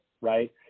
right